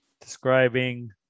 describing